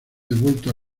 devuelto